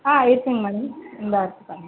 ஆ இருக்குதுங்க மேடம் இந்தா இருக்குது பாருங்கள்